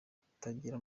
gutangira